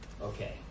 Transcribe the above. Okay